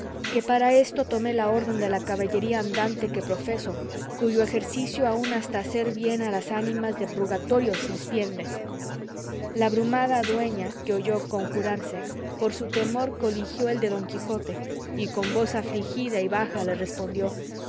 que para esto tomé la orden de la caballería andante que profeso cuyo ejercicio aun hasta hacer bien a las ánimas de purgatorio se estiende la brumada dueña que oyó conjurarse por su temor coligió el de don quijote y con voz afligida y baja le respondió